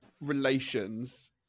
relations